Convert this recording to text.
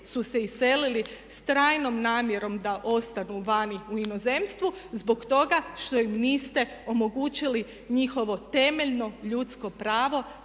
su se iselili sa trajnom namjerom da ostanu vani u inozemstvu zbog toga što im niste omogućili njihovo temeljno ljudsko pravo